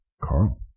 Carl